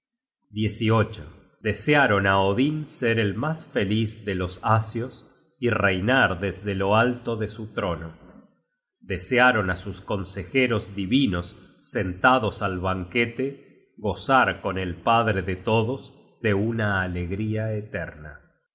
alegre desearon á odin ser el mas feliz de los asios y reinar desde lo alto de su trono desearon á sus consejeros divinos sentados al banquete gozar con el padre de todos de una alegría eterna